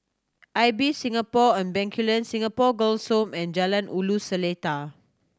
Ibis Singapore and Bencoolen Singapore Girls' Home and Jalan Ulu Seletar